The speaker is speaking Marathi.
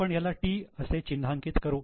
आपण ह्याला 'T' असे चिन्हांकित करू